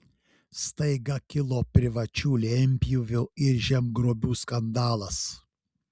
staiga kilo privačių lentpjūvių ir žemgrobių skandalas